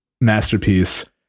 masterpiece